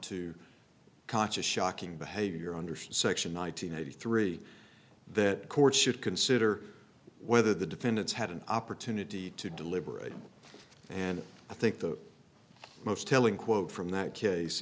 to conscious shocking behavior under section nine hundred eighty three the court should consider whether the defendants had an opportunity to deliberate and i think the most telling quote from that